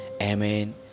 Amen